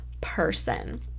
person